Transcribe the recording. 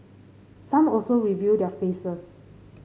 some also reveal their faces